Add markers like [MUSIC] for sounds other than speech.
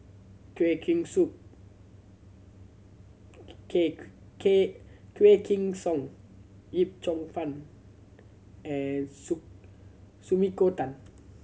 Quah Kim [UNINTELLIGIBLE] Quah Kim Song Yip Cheong Fun and [UNINTELLIGIBLE] Sumiko Tan